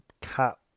cat